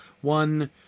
one